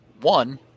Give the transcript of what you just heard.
One